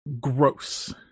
gross